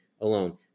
alone